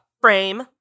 Frame